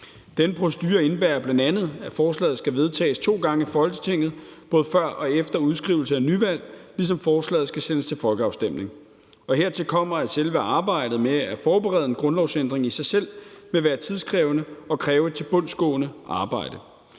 Den procedure indebærer bl.a., at forslaget skal vedtages to gange i Folketinget, både før og efter udskrivelse af nyvalg, ligesom forslaget skal sendes til folkeafstemning. Hertil kommer, at selve arbejdet med at forberede en grundlovsændring i sig selv vil være tidskrævende og kræve et tilbundsgående arbejde.